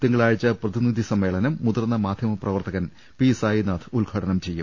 തിങ്കളാഴ്ച പ്രതിനിധി സമ്മേളനം മുതിർന്ന മാധ്യമ പ്രവർത്തകൻ പി സായിനാഥ് ഉദ്ഘാടനം ചെയ്യും